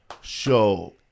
show